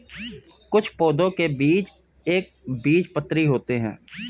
कुछ पौधों के बीज एक बीजपत्री होते है